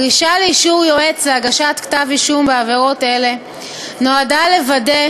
הדרישה לאישור יועץ להגשת כתב-אישום בעבירות אלה נועדה לוודא